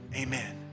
amen